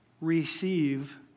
receive